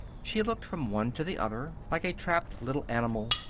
she looked from one to the other, like a trapped little animal.